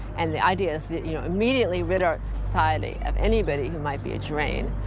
and the idea so you know immediately rid our society of anybody who might be a drain